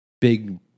big